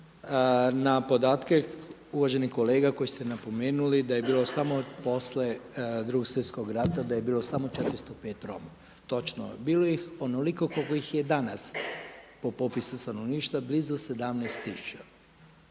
na podatke uvaženih kolega koje ste napomenuli da je bilo samo poslije Drugog svjetskog rata, da je bilo samo 405 Roma, …, bilo ih je onoliko koliko ih je danas po popisu stanovništva blizu 17